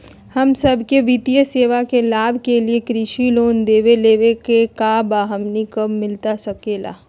हम सबके वित्तीय सेवाएं के लाभ के लिए कृषि लोन देवे लेवे का बा, हमनी के कब मिलता सके ला?